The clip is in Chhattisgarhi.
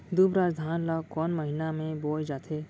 दुबराज धान ला कोन महीना में बोये जाथे?